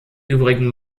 übrigen